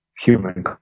human